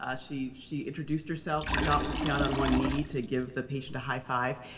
ah she she introduced herself, she got down on one knee to give the patient a high five,